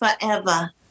forever